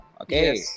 okay